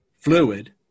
fluid